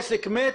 עסק מת,